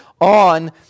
on